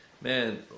man